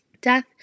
death